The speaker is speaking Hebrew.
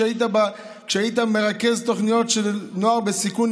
כשהיית מרכז תוכניות של נוער בסיכון,